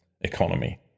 economy